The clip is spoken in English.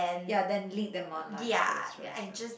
ya then lead the month choice choice choice